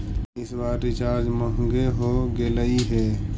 इस बार रिचार्ज महंगे हो गेलई हे